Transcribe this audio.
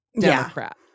Democrat